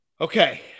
Okay